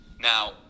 Now